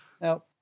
Now